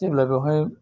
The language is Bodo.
जेब्ला बावहाय